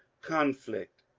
conflict,